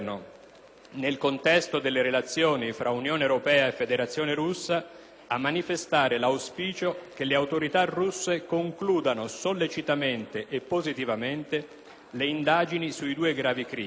nel contesto delle relazioni fra Unione europea e Federazione russa, a manifestare l'auspicio che le autorità russe concludano sollecitamente e positivamente le indagini sui due gravi crimini,